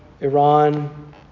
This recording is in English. iran